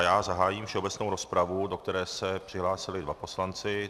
Já zahájím všeobecnou rozpravu, do které se přihlásili dva poslanci.